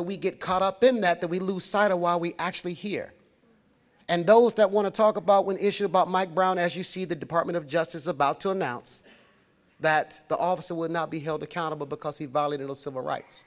that we get caught up in that that we lose sight of why we actually here and those that want to talk about when issue about mike brown as you see the department of justice about to announce that the officer would not be held accountable because he violated a civil rights